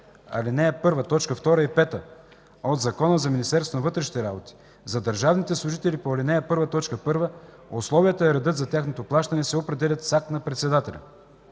ал. 1, т. 2 и 5 от Закона за Министерството на вътрешните работи за държавните служители по ал. 1, т. 1, условията и редът за тяхното изплащане се определят с акт на председателя.